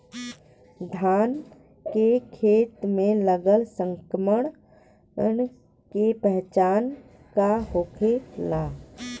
धान के खेत मे लगल संक्रमण के पहचान का होखेला?